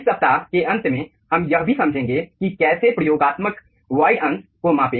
इस सप्ताह के अंत में हम यह भी समझेंगे कि कैसे प्रयोगात्मक वॉइड अंश को मापें